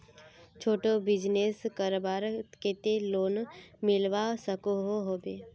छोटो बिजनेस करवार केते लोन मिलवा सकोहो होबे?